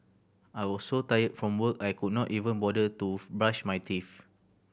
I was so tired from work I could not even bother to brush my teeth